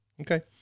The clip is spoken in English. Okay